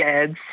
kids